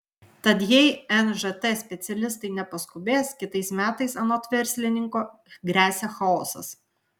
tad jei nžt specialistai nepaskubės kitais metais anot verslininko gresia chaosas